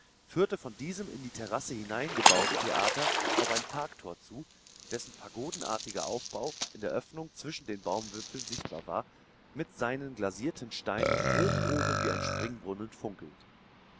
führte von diesem in die terrasse hineingebauten theater auf ein parktor zu dessen pagodenartiger aufbau in der öffnung zwischen den baumwipfeln sichtbar war mit seinen glasierten steinen hoch oben wie ein springbrunnen funkelnd